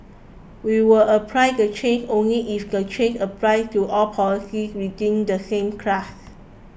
we will apply the changes only if the changes apply to all policies within the same class